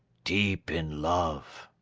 deep in love